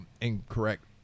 incorrect